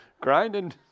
Grinding